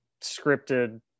scripted